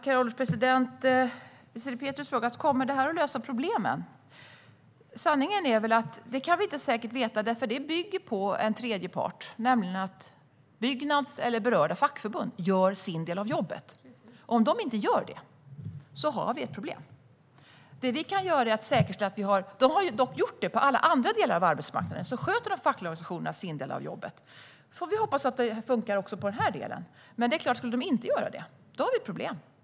Herr ålderspresident! Désirée Pethrus frågar om det här kommer att lösa problemen. Sanningen är att vi inte kan veta det säkert, för det bygger på en tredje part, nämligen att Byggnads eller annat berört fackförbund gör sin del av jobbet. Om de inte gör det har vi ett problem. Dock sköter de fackliga organisationerna sin del av jobbet på alla andra delar av arbetsmarknaden. Vi får hoppas att det funkar också i den här delen. Men det är klart att om de inte skulle göra det har vi ett problem.